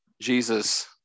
Jesus